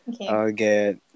Okay